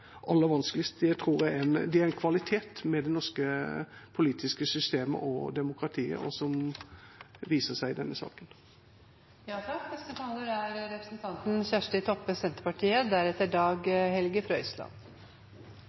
det aller vanskeligst. Det er en kvalitet ved det norske politiske systemet og demokratiet, og som viser seg i denne saken. Eg vil takka interpellanten for å ha reist ein viktig interpellasjon. Det er